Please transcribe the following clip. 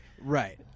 Right